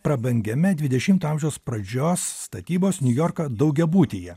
prabangiame dvidešimto amžiaus pradžios statybos niujorka daugiabutyje